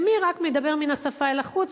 ומי רק מדבר מן השפה אל החוץ,